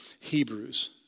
Hebrews